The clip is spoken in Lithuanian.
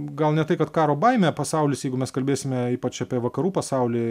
gal ne tai kad karo baimę pasaulis jeigu mes kalbėsime ypač apie vakarų pasaulį